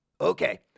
Okay